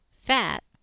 fat